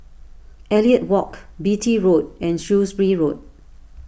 Elliot Walk Beatty Road and Shrewsbury Road